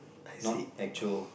not actual